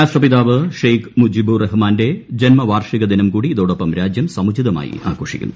രാഷ്ട്രപിതാവ് ഷെയ്ഖ് മുജിബുർ റഹ്മാന്റെ ജന്മവാർഷിക ദിനം കൂടി ഇതോടൊപ്പം രാജ്യം സമുചിതമായി ആഘോഷിക്കുന്നു